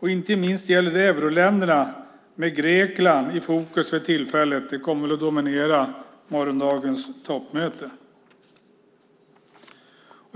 Inte minst gäller det euroländerna med Grekland i fokus för tillfället. Det kommer väl att dominera morgondagens toppmöte.